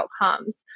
outcomes